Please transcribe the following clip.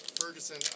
Ferguson